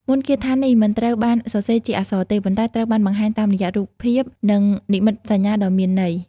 មន្តគាថានេះមិនត្រូវបានសរសេរជាអក្សរទេ ប៉ុន្តែត្រូវបានបង្ហាញតាមរយៈរូបភាព និងនិមិត្តសញ្ញាដ៏មានន័យ។